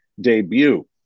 debut